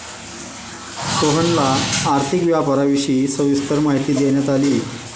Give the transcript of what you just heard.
सोहनला आर्थिक व्यापाराविषयी सविस्तर माहिती देण्यात आली